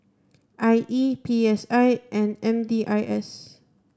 I E P S I and M D I S